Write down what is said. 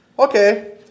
Okay